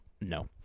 No